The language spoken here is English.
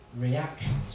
reactions